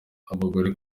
abagore